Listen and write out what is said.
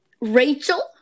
Rachel